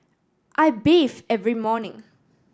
I bathe every morning